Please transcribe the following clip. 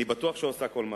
אני בטוח שהיא עושה כל מאמץ.